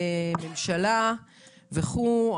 הממשלה וכו'.